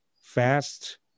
fast